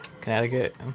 Connecticut